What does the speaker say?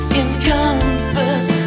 encompass